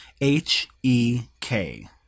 H-E-K